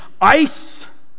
ice